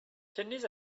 kidneys